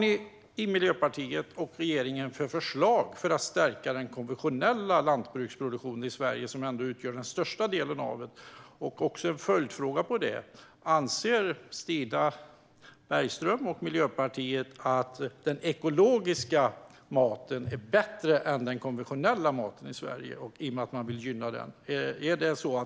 Vilka förslag har Miljöpartiet och regeringen för att stärka den konventionella lantbruksproduktionen i Sverige? Den utgör ändå den största delen. En följdfråga på det är om Stina Bergström och Miljöpartiet anser att den ekologiska maten är bättre än den konventionella maten i Sverige, eftersom man vill gynna den.